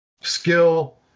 skill